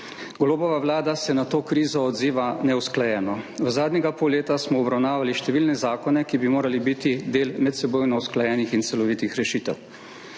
Golobova vlada se na to krizo odziva neusklajeno. V zadnjega pol leta smo obravnavali številne zakone, ki bi morali biti del medsebojno usklajenih in celovitih rešitev.